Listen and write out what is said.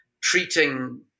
treating